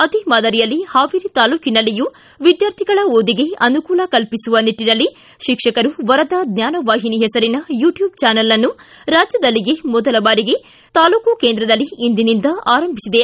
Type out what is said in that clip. ಅದೇ ಮಾದರಿಯಲ್ಲಿ ಹಾವೇರಿ ತಾಲ್ಲೂಕನಲ್ಲಿಯೂ ವಿದ್ಯಾರ್ಥಿಗಳ ಓದಿಗೆ ಅನುಕೂಲ ಕಲ್ಪಿಸುವ ನಿಟ್ಟನಲ್ಲಿ ಶಿಕ್ಷಕರು ವರದಾ ಜ್ವಾನವಾಹಿನಿ ಹೆಸರಿನ ಯೂಟ್ಕೂಬ್ ಚಾನಲ್ ಅನ್ನು ರಾಜ್ಯದಲ್ಲಿಯೇ ಮೊದಲ ಬಾರಿಗೆ ತಾಲ್ಲೂಕು ಕೇಂದ್ರದಲ್ಲಿ ಇಂದಿನಿಂದ ಆರಂಭಿಸಿದೆ